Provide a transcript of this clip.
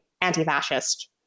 anti-fascist